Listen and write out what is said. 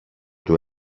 του